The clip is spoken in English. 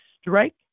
strike